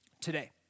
today